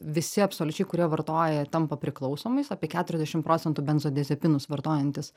visi absoliučiai kurie vartoja tampa priklausomais apie keturiasdešim procentų benzodiazepinus vartojantys